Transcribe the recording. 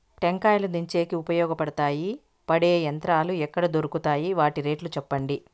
టెంకాయలు దించేకి ఉపయోగపడతాయి పడే యంత్రాలు ఎక్కడ దొరుకుతాయి? వాటి రేట్లు చెప్పండి?